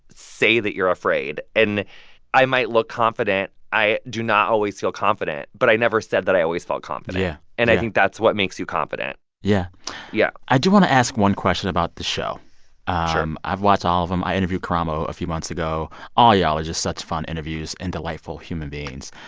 say that you're afraid. and i might look confident. i do not always feel confident, but i never said that i always felt confident yeah and i think that's what makes you confident yeah yeah i do want to ask one question about the show sure ah um i've watched all of them. i interviewed karamo a few months ago. all of y'all are just such fun interviews and delightful human beings.